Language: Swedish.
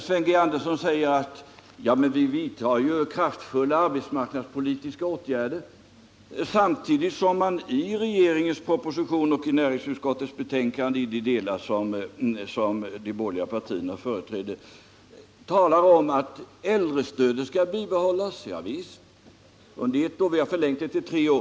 Sven Andersson säger att det vidtas ju kraftfulla arbetsmarknadspolitiska åtgärder, och samtidigt talar man i regeringens proposition och i de delar av näringsutskottets betänkande som de borgerliga partierna står för om att äldrestödet skall bibehållas och är förlängt till tre år.